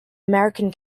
american